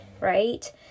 right